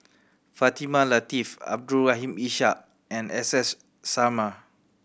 Fatimah Lateef Abdul Rahim Ishak and S S Sarma